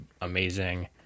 amazing